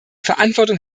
verantwortung